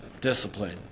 Discipline